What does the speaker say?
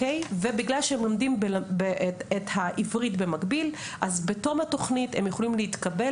ובגלל שהם לומדים את העברית במקביל אז בתום התוכנית הם יכולים להתקבל,